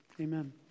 Amen